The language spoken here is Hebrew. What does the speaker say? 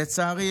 לצערי,